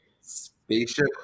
Spaceship